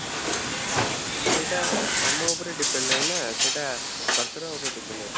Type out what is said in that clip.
ଆଜ୍ଞା ସେଇଟା ଆମ ଉପରେ ଡିପେଣ୍ଡ୍ ନାହିଁ ନା ସେଇଟା ସରକାରଙ୍କ ଉପରେ ଡିପେଣ୍ଡ୍ ଅଛି